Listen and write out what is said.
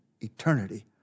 eternity